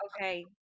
Okay